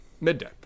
Midday